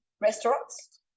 Restaurants